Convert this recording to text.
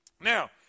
Now